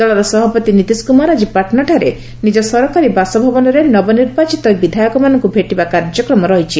ଦଳର ସଭାପତି ନିତିଶ କୁମାର ଆଜି ପାଟନାଠାରେ ନିଜ ସରକାରୀ ବାସଭବନରେ ନବନିର୍ବାଚିତ ବିଧାୟକମାନଙ୍କୁ ଭେଟିବା କାର୍ଯ୍ୟକ୍ରମ ରହିଛି